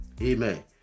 amen